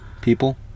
People